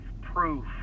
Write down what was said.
proof